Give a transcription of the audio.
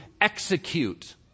execute